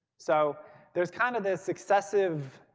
so there's kind of this successive